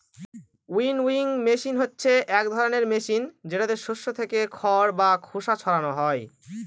winnowing machine হচ্ছে এক ধরনের মেশিন যেটাতে শস্য থেকে খড় বা খোসা ছারানো হয়